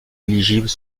éligibles